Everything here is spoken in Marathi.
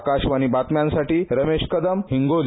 आकाशवाणी बातम्यांसाठी रमेश कदम हिंगोली